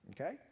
Okay